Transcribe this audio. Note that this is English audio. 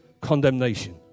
condemnation